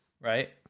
right